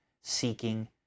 seeking